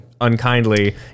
unkindly